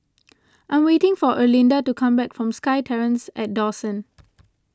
I am waiting for Erlinda to come back from SkyTerrace at Dawson